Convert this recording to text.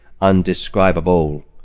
undescribable